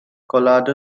colorado